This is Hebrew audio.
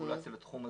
רגולציה בתחום הזה.